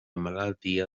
malaltia